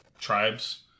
tribes